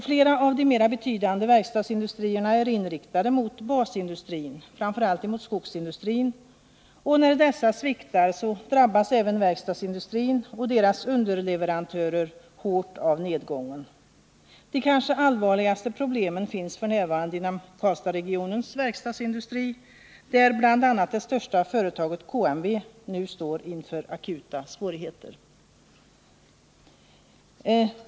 Flera av de mera betydande verkstadsindustrierna är inriktade mot basindustrin — framför allt mot skogsindustrin — och när dessa sviktar drabbas även verkstadsindustrin och dess underleverantörer hårt av nedgången. De kanske allvarligaste problemen finns f. n. inom Karlstadsregionens verkstadsindustri, där bl.a. det största företaget, KMW, nu står inför akuta svårigheter.